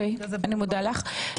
אני מודה לך.